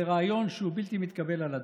זה רעיון שהוא בלתי מתקבל על הדעת,